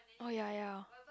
oh ya ya